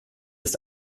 ist